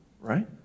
right